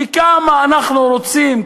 וכמה אנחנו רוצים,